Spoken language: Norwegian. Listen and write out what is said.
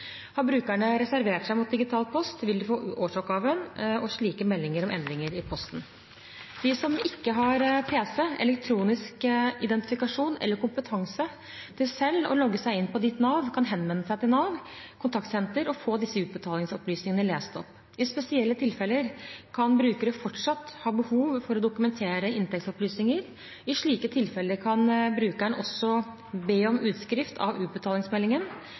Har brukerne reservert seg mot digital post, vil de få årsoppgaven og slike meldinger om endringer i posten. De som ikke har pc, elektronisk identifikasjon eller kompetanse til selv å logge seg inn på Ditt Nav, kan henvende seg til NAV Kontaktsenter og få disse utbetalingsopplysningene lest opp. I spesielle tilfeller kan brukere fortsatt ha behov for å dokumentere inntektsopplysninger. I slike tilfeller kan brukeren også be om utskrift av utbetalingsmeldingen.